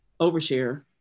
overshare